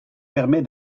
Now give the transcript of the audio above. permet